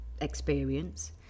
experience